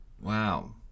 Wow